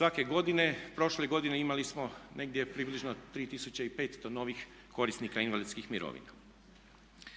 svake godine, prošle godine imali smo negdje približno 3500 novih korisnika invalidskih mirovina.